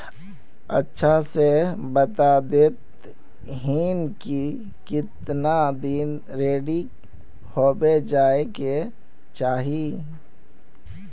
अच्छा से बता देतहिन की कीतना दिन रेडी होबे जाय के चही?